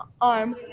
arm